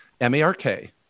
M-A-R-K